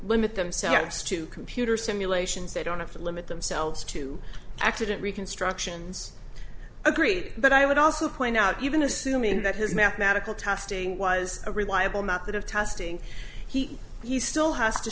limit themselves to computer simulations they don't have to limit themselves to accident reconstructions agree but i would also point out even assuming that his mathematical testing was a reliable method of testing he he still has to